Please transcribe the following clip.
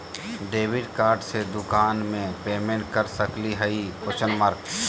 Debit card से दुकान में पेमेंट कर सकली हई?